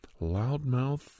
loudmouth